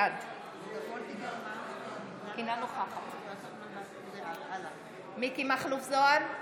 בעד מכלוף מיקי זוהר,